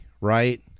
right